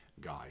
guy